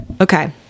okay